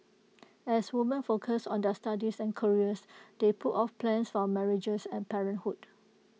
as women focused on their studies and careers they put off plans for marriages and parenthood